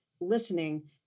listening